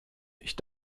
ich